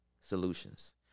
solutions